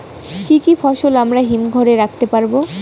কি কি ফসল আমরা হিমঘর এ রাখতে পারব?